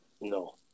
No